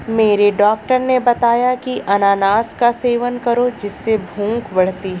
मेरे डॉक्टर ने बताया की अनानास का सेवन करो जिससे भूख बढ़ती है